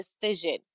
decision